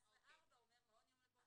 סעיף 14(4) אומר "מעון יום לפעוטות